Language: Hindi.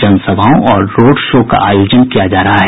जनसभाओं और रोड शो का आयोजन किया जा रहा है